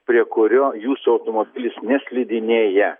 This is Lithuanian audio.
prie kurio jūsų automobilis neslidinėja